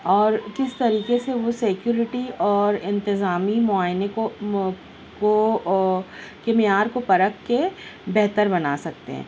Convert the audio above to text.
اور کس طریقے سے وہ سیکوریٹی اور انتظامی معائنے کو کو کے معیار کو پرکھ کے بہتر بنا سکتے ہیں